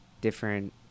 different